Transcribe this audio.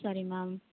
சரி மேம்